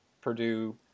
Purdue